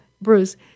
Bruce